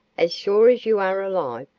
as sure as you are alive,